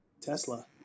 Tesla